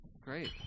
Great